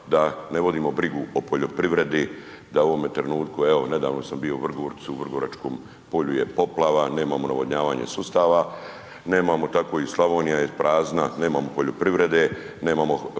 da ne vodimo brigu o poljoprivredi, da u ovome trenutku evo nedavno amandman bio u Vrgorcu, u vrgoračkom polju je poplava, nemamo navodnjavanje sustava, nemamo tako i Slavonija je prazna, nemamo poljoprivrede, nemamo